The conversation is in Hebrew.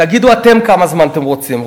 תגידו אתם כמה זמן אתם רוצים.